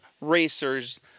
racers